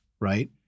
right